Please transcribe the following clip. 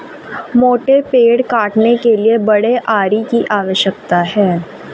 मोटे पेड़ काटने के लिए बड़े आरी की आवश्यकता है